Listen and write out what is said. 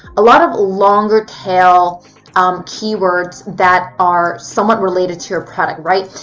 a lot of longer tail keywords that are somewhat related to your product, right?